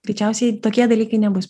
greičiausiai tokie dalykai nebus